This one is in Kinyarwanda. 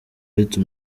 uretse